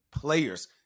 players